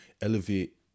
elevate